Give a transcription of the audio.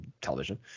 television